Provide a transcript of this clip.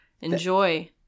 enjoy